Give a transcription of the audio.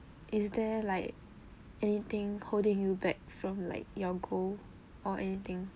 is there like anything holding you back from like your goal or anything